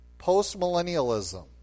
post-millennialism